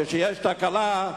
כשיש תקלה,